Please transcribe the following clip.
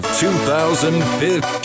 2015